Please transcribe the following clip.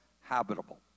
habitable